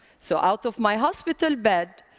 so out of my hospital bed,